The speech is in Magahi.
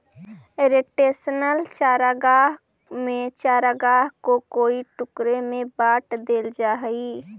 रोटेशनल चारागाह में चारागाह को कई टुकड़ों में बांट देल जा हई